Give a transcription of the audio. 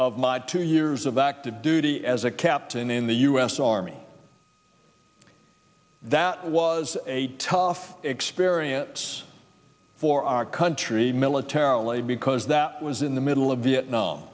of my two years of active duty as a captain in the us army that was a tough experience for our country militarily because that was in the middle of vietnam